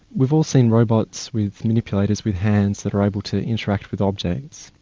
we've all seen robots with manipulators, with hands that are able to interact with objects,